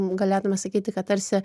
galėtume sakyti kad tarsi